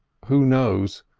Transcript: who knows?